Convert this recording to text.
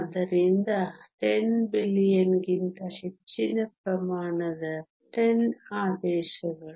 ಆದ್ದರಿಂದ 10 ಬಿಲಿಯನ್ ಗಿಂತ ಹೆಚ್ಚಿನ ಪ್ರಮಾಣದ 10 ಆದೇಶಗಳು